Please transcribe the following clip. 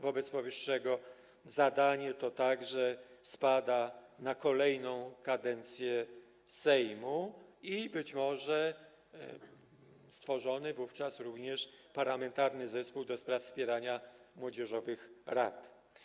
Wobec powyższego zadanie to także spada na Sejm kolejnej kadencji i być może stworzony wówczas również parlamentarny zespół do spraw wspierania młodzieżowych rad.